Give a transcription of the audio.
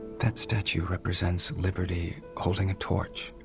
that statue represents liberty holding a torch